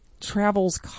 travels